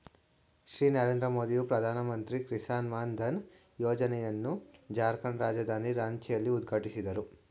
ಶ್ರೀ ನರೇಂದ್ರ ಮೋದಿಯು ಪ್ರಧಾನಮಂತ್ರಿ ಕಿಸಾನ್ ಮಾನ್ ಧನ್ ಯೋಜನೆಯನ್ನು ಜಾರ್ಖಂಡ್ ರಾಜಧಾನಿ ರಾಂಚಿಯಲ್ಲಿ ಉದ್ಘಾಟಿಸಿದರು